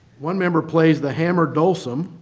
one member plays the hammered dulcimer.